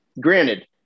Granted